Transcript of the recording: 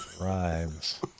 rhymes